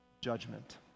judgment